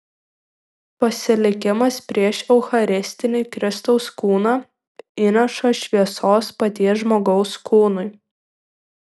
pasilikimas prieš eucharistinį kristaus kūną įneša šviesos paties žmogaus kūnui